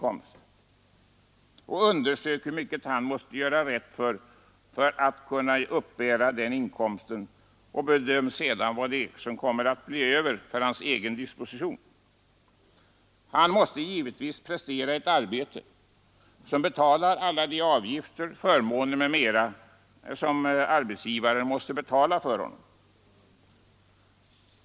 och undersök hur mycket han för att kunna uppbära den inkomsten måste göra rätt för, och bedöm sedan vad som blir över till hans egen disposition. Han måste givetvis prestera ett arbete som finansierar alla de avgifter, förmåner m.m. som arbetsgivaren måste betala för honom.